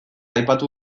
aipatu